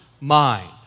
mind